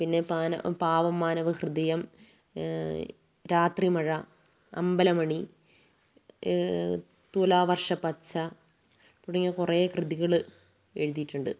പിന്നെ പാവം മാനവ ഹൃദയം രാത്രിമഴ അമ്പലമണി തുലാവർഷ പച്ച തുടങ്ങിയ കുറേ കൃതികൾ എഴുതിയിട്ടുണ്ട്